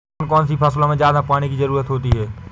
कौन कौन सी फसलों में पानी की ज्यादा ज़रुरत होती है?